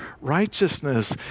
Righteousness